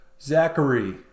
Zachary